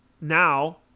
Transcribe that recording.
now